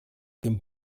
dem